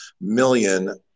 million